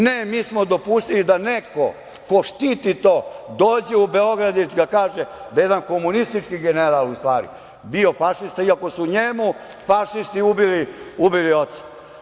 Ne, mi smo dopustili da neko ko štiti to dođe u Beograd i da kaže da je jedan komunistički general u stvari bio fašista, iako su njemu fašisti ubili oca.